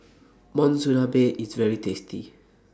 Monsunabe IS very tasty